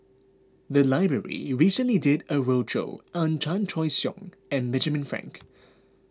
the library recently did a roadshow on Chan Choy Siong and Benjamin Frank